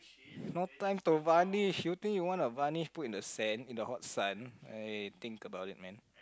not plank to varnish do you think you want to varnish put in the sand in the hot sun eh think about it man